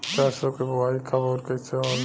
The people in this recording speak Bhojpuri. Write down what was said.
सरसो के बोआई कब और कैसे होला?